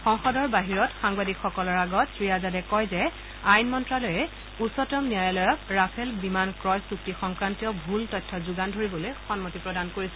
সংসদৰ বাহিৰত সাংবাদিকসকলৰ আগত শ্ৰী আজাদে কয় যে আইন মন্ত্যালয়েই উচ্চতম ন্যায়ালয়ক ৰাফেল বিমান ক্ৰয় চুক্তি সংক্ৰান্তীয় ভূল তথ্য যোগান ধৰিবলৈ সন্মতি প্ৰদান কৰিছিল